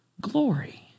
glory